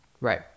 right